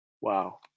Wow